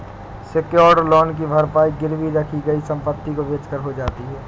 secured loan की भरपाई गिरवी रखी गई संपत्ति को बेचकर हो जाती है